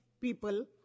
people